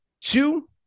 Two